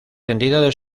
entidades